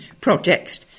projects